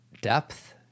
depth